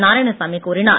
நாராயணசாமி கூறினார்